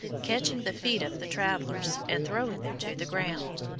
catching the feet of the travelers and throwing them to the ground.